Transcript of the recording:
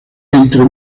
entre